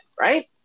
Right